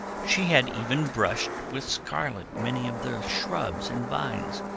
she had even brushed with scarlet many of the shrubs and vines,